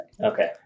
Okay